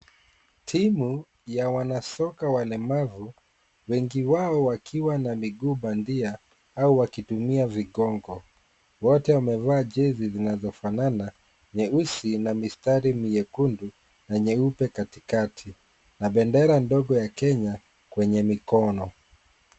Timu ya wanasoka walemavu, wengi wao wakiwa na miguu bandia au wakitumia vigongo. Wote wamevaa jezi zinazofanana, nyeusi na mistari miekundu na nyeupe katikati. Na bendera ndogo ya Kenya, kwenye mikono.